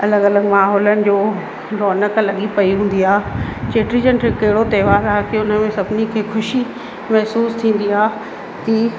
अलॻि अलॻि माहोलन जो रौनक़ लॻी पई हूंदी आहे चेटी चंड हिकु अहिड़ो त्योहार की उनमें सभिनी खे ख़ुशी महिसूसु थींदी आहे की